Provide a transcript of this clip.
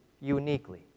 uniquely